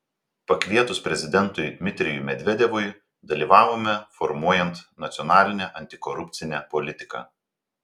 pakvietus prezidentui dmitrijui medvedevui dalyvavome formuojant nacionalinę antikorupcinę politiką